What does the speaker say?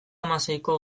hamaseiko